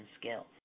skills